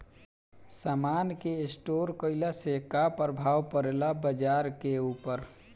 समान के स्टोर काइला से का प्रभाव परे ला बाजार के ऊपर?